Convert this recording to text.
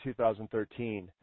2013